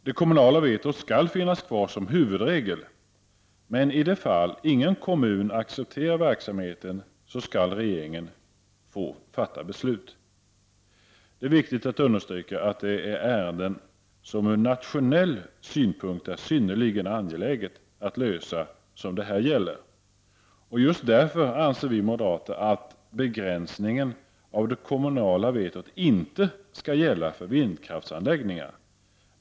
Den kommunala vetorätten skall finnas kvar som huvudregel, men i det fall ingen kommun accepterar verksamheten skall regeringen fatta beslut. Det är viktigt att understryka att det här gäller frågor som det från nationell synpunkt är synnerligen angeläget att lösa. Därför anser vi moderater att begränsningen av det kommunala vetot inte skall gälla för vindkraftsanläggningar.